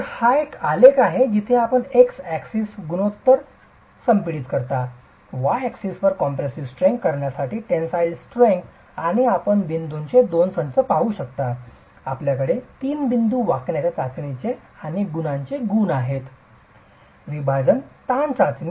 तर हा एक आलेख आहे जिथे आपण x axis सह गुणोत्तर संपीडित करता y axis वर कॉम्प्रेसीव स्ट्रेंग्थ करण्यासाठी टेनसाईल स्ट्रेंग्थ आणि आपण बिंदूचे दोन संच पाहू शकता आपल्याकडे तीन बिंदू वाकण्याच्या चाचणीचे आणि गुणांचे गुण येत आहेत विभाजन ताण चाचणी